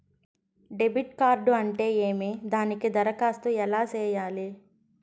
debit card అంటే ఏమి దానికి దరఖాస్తు ఎలా సేయాలి